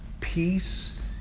peace